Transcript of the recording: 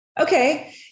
okay